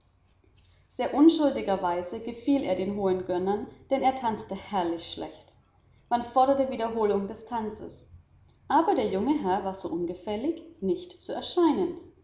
sehr unschuldigerweise gefiel er den hohen gönnern denn er tanzte herrlich schlecht man forderte wiederholung des tanzes aber der junge herr war so ungefällig nicht zu erscheinen